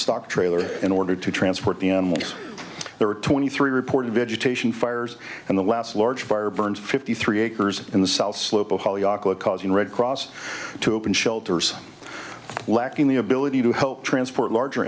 stock trailer in order to transport the animals there are twenty three reported vegetation fires and the last large fire burned fifty three acres in the south slope of the red cross to open shelters lacking the ability to help transport larger